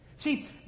See